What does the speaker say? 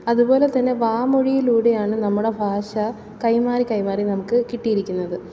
അതുപോലെത്തന്നെ വാമൊഴിയിലൂടെയാണ് നമ്മുടെ ഭാഷ കൈമാറി കൈമാറി നമുക്ക് കിട്ടിയിരിക്കുന്നത്